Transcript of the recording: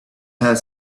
had